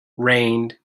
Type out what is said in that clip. rained